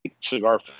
cigar